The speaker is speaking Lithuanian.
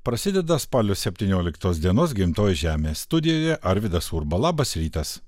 prasideda spalio septynioliktos dienos gimtoji žemė studijoje arvydas urba labas rytas